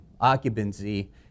occupancy